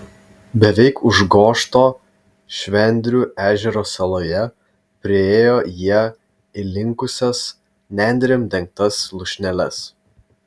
beveik užgožto švendrių ežero saloje priėjo jie įlinkusias nendrėm dengtas lūšneles